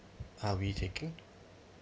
are we taking